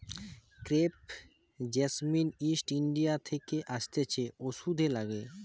crepe jasmine East India থাকে আসতিছে ওষুধে লাগে